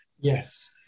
Yes